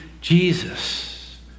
Jesus